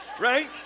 Right